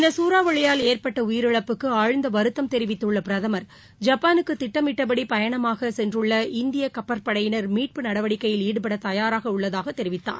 இந்த சூறாவளியால் ஏற்பட்ட உயிரிழப்புக்கு ஆழ்ந்த வருத்தம் தெரிவித்துள்ள பிரதமர் ஜப்பானுக்கு திட்டமிட்டபடி பயணமாக சென்றுள்ள இந்திய கப்பற்படையினர் மீட்பு நடவடிக்கையில் ஈடுபட தயாராக உள்ளதாக தெரிவித்தார்